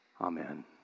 Amen